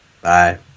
bye